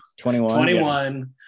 21